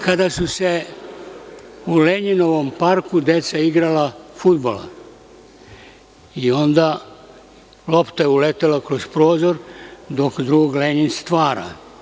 Kada su se u Lenjinovom parku deca igrala fudbala, lopta je uletela kroz prozor dok drug Lenjin stvara.